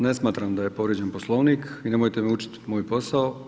Ne smatram da je povrijeđen poslovnik i nemojte me učiti moj posao.